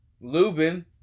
Lubin